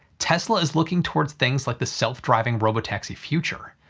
tesla is looking towards things like the self-driving robo taxi future.